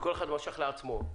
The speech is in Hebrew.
וכל אחד משך לעצמו.